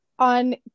on